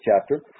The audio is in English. chapter